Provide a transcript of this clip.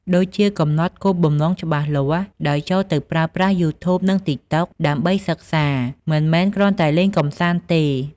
ដូចជាកំណត់គោលបំណងច្បាស់លាស់ ដោយចូលទៅប្រើប្រាស់ យូធូប និងតិកតុក ដើម្បីសិក្សា មិនមែនគ្រាន់តែលេងកម្សាន្តទេ។